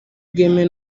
bwemewe